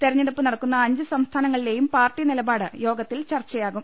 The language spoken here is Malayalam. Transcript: തെരഞ്ഞെടുപ്പ് നടക്കുന്ന അഞ്ച് സംസ്ഥാനങ്ങളിലെയും പാർട്ടി നിലപാട് യോഗത്തിൽ ചർച്ചയാകും